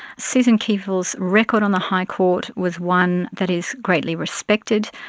susan kiefel's record on the high court was one that is greatly respected.